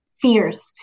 fears